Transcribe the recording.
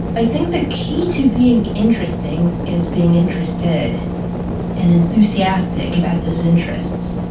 i think the key to being interesting is being interested and enthusiastic about those interests.